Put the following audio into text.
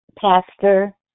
Pastor